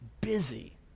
Busy